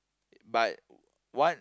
but one